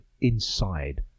Inside